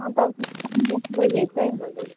हँ तब देखबै होइ जेतै